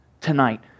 tonight